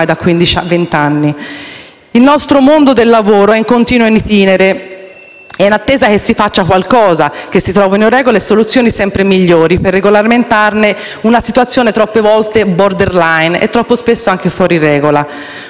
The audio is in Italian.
vent'anni. Il nostro mondo del lavoro è continuamente *in* *itinere* e in attesa che si faccia qualcosa e si trovino regole e soluzioni sempre migliori per regolamentare una situazione troppe volte *border line* e troppo spesso anche fuori regola.